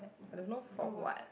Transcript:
I don't know for what